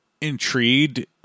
intrigued